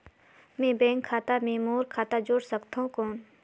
मैं बैंक खाता मे और खाता जोड़ सकथव कौन?